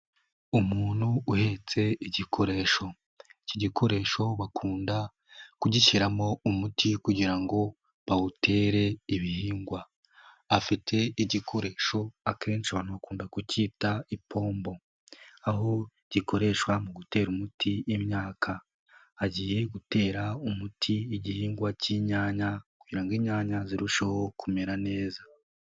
Umuntu uhetse igikoresho, iki gikoresho bakunda kugishyiramo umuti kugira ngo bawutere ibihingwa, afite igikoresho akenshi abantu bakunda kukita ipombo, aho gikoreshwa mu gutera umuti imyaka, agiye gutera umuti igihingwa k'inyanya kugira ngo inyanya zirusheho kumera neza.